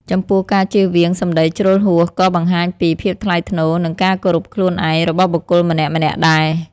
ចំពោះការចៀសវាង សម្ដីជ្រុលហួស ក៏បង្ហាញពី ភាពថ្លៃថ្នូរ និង ការគោរពខ្លួនឯង របស់បុគ្គលម្នាក់ៗដែរ។